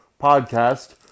podcast